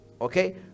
Okay